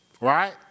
right